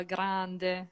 Grande